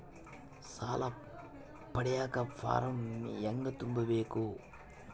ಸಾಲ ಪಡಿಯಕ ಫಾರಂ ಹೆಂಗ ತುಂಬಬೇಕು?